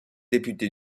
député